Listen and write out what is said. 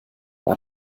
war